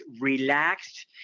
relaxed